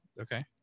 Okay